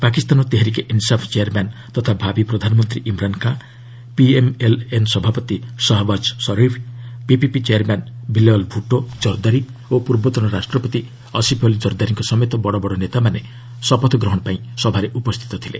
Pakistan Tehreek-e Insaf chairman ତଥା ଭାବୀ ପ୍ରଧାନମନ୍ତ୍ରୀ ଇମ୍ରାନ୍ ଖାଁ ପିଏମ୍ଏଲ୍ ଏନ୍ ସଭାପତି ସାହାବାଜ୍ ସରିଫ ପିପିପି ଚେୟାର୍ମ୍ୟାନ୍ ବିଲାୱାଲ୍ ଭୁଟ୍ଟୋ କର୍ଦ୍ଦାରୀ ଓ ପୂର୍ବତନ ରାଷ୍ଟ୍ରପତି ଅସିଫ୍ ଅଲ୍ଲି କର୍ଦ୍ଦାରୀଙ୍କ ସମେତ ବଡ଼ ବଡ଼ ନେତାମାନେ ଶପଥ ଗ୍ରହଣ ପାଇଁ ସଭାରେ ଉପସ୍ଥିତ ଅଛନ୍ତି